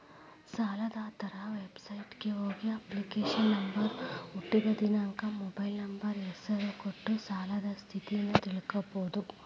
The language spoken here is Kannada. ಸಾಲದಾತರ ವೆಬಸೈಟ್ಗ ಹೋಗಿ ಅಪ್ಲಿಕೇಶನ್ ನಂಬರ್ ಹುಟ್ಟಿದ್ ದಿನಾಂಕ ಮೊಬೈಲ್ ನಂಬರ್ ಹೆಸರ ಕೊಟ್ಟ ಸಾಲದ್ ಸ್ಥಿತಿನ ತಿಳ್ಕೋಬೋದು